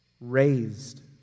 raised